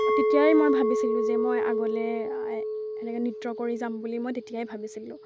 তেতিয়াই মই ভাবিছিলোঁ যে মই আগলে তেনেকৈ নৃত্য কৰি যাম বুলি মই তেতিয়াই ভাবিছিলোঁ